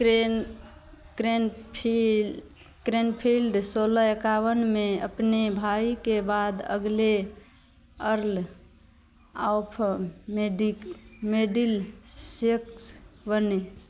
crane Cranfield Cranfield सोलह इक्यावन में अपने भाई के बाद अगले अर्ल ऑफ मिडिक मिडिलसेक्स बनें